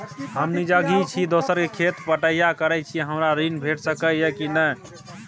हम निजगही छी, दोसर के खेत बटईया करैत छी, हमरा ऋण भेट सकै ये कि नय?